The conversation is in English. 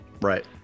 right